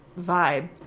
vibe